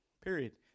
Period